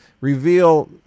reveal